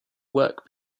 work